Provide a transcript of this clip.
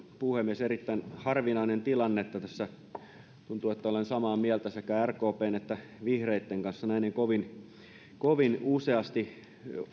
puhemies erittäin harvinainen tilanne että tässä tuntuu että olen samaa mieltä sekä rkpn että vihreitten kanssa näin ei kovin useasti